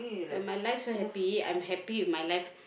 when my life so happy I'm happy with my life